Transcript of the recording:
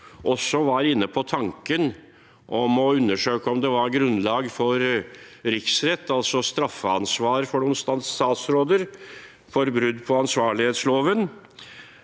også var inne på tanken om å undersøke om det var grunnlag for riksrett, altså straffansvar for noen statsråder for brudd på ansvarlighetsloven.